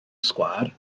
sgwâr